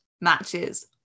matches